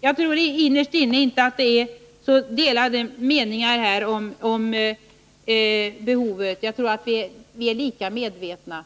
Jag tror inte att vi innerst inne har så olika meningar om behoven. Jag tror att vi är lika medvetna.